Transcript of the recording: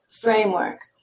framework